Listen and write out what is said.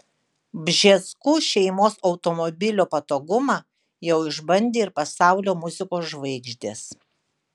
bžeskų šeimos automobilio patogumą jau išbandė ir pasaulio muzikos žvaigždės